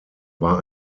war